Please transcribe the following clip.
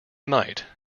might